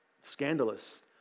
scandalous